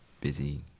busy